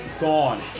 Gone